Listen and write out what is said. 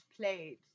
played